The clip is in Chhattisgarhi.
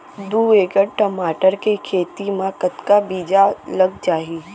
दू एकड़ टमाटर के खेती मा कतका बीजा लग जाही?